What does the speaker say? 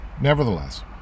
Nevertheless